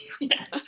Yes